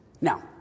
Now